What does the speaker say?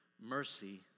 mercy